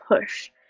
push